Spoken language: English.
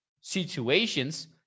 situations